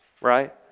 right